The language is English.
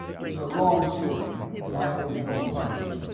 it's a long story and i only know part of it,